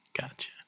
Gotcha